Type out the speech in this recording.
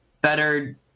better